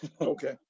Okay